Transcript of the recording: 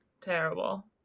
terrible